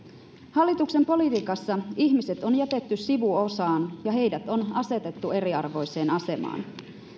hallituksen politiikassa ihmiset on jätetty sivuosaan ja heidät on asetettu eriarvoiseen asemaan